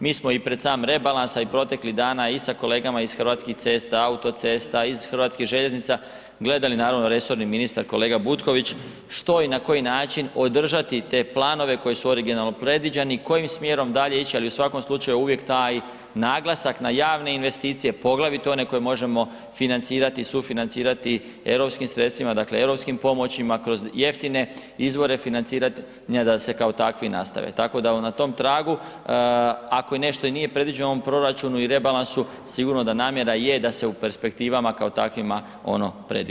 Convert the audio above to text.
Mi smo i pred sam rebalans a i proteklih dana i sa kolegama iz Hrvatskih cesta, autocesta, iz HŽ-a gledali naravno, resorni ministar kolega Butković, što i na koji način održati te planovi koji su originalno predviđeni, kojim smjerom dalje ići ali u svakom slučaju, uvijek taj naglasak na javne investicije poglavito one koje možemo financirati i sufinancirati europskim sredstvima, dakle europskim pomoćima kroz jeftine izvore financiranja da se kao takvi i nastave, tako da na tom tragu, ako nešto i nije predviđeno u ovom proračunu i rebalansu, sigurno da namjera je da se u perspektivama kao takvima ono predvidi.